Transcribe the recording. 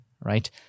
right